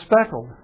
speckled